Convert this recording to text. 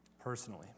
personally